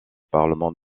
parlement